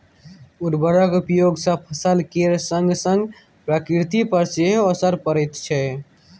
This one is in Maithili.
उर्वरकक उपयोग सँ फसल केर संगसंग प्रकृति पर सेहो असर पड़ैत छै